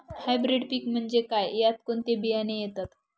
Hybrid पीक म्हणजे काय? यात कोणते बियाणे येतात?